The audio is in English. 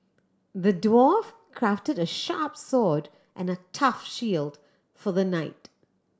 the dwarf crafted a sharp sword and a tough shield for the knight